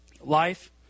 life